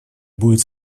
будет